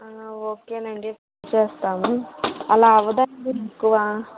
ఓకేనండి చూస్తాను అలా అవ్వదండి ఎక్కువ